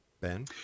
Ben